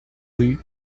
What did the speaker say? rue